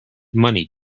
money